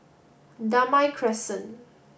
Damai Crescent